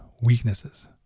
weaknesses